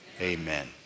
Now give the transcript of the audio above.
amen